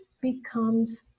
becomes